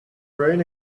rain